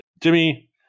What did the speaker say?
Jimmy